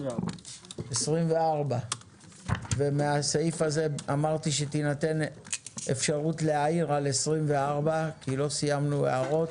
24. מהסעיף הזה אמרתי שתינתן אפשרות להעיר על 24 כי לא סיימנו הערות.